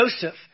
Joseph